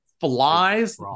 flies